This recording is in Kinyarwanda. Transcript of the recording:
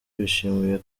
bishimiye